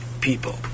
people